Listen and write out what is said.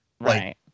Right